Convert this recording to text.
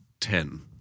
Ten